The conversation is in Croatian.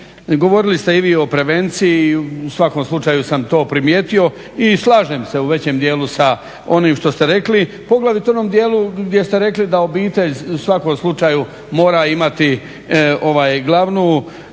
govorili ste i vi o prevenciji, i u svakom slučaju sam to primijetio, i slažem se u većem dijelu sa onim što ste rekli, poglavito u onom dijelu gdje ste rekli da obitelj u svakom slučaju mora imati glavnu